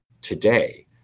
today